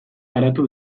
garatu